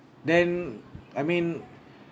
then I mean